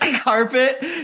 carpet